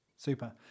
Super